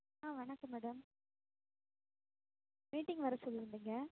ஆ வணக்கம் madam meeting வர சொல்லி இருந்தீங்க